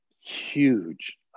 huge